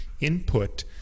input